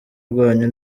rwanyu